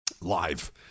live